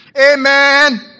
Amen